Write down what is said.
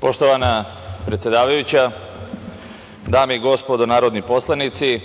Poštovana predsedavajuća, dame i gospodo narodni poslanici,